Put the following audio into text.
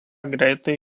greitai